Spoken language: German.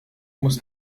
muss